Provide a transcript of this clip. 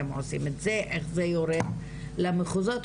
איך זה יורד למחוזות?